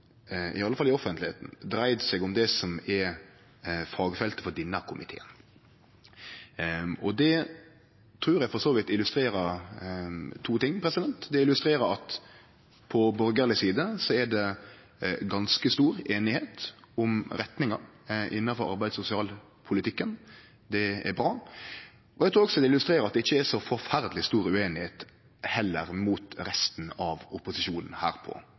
seg om det som er fagfeltet for denne komiteen. Det trur eg for så vidt illustrerer to ting. Det illustrerer at på borgarleg side er det ganske stor einigheit om retninga innanfor arbeids- og sosialpolitikken. Det er bra. Eg trur også det illustrerer at det heller ikkje er så forferdeleg stor ueinigheit med resten av opposisjonen her på